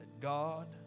God